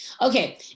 okay